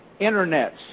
internets